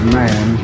man